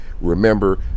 remember